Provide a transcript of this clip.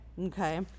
okay